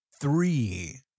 Three